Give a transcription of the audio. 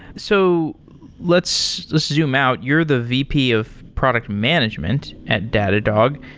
so let's zoom out. you're the vp of product management at datadog.